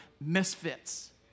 misfits